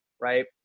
Right